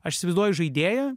aš įsivaizduoju žaidėją